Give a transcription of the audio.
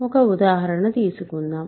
ఒక ఉదాహరణ తీసుకుందాం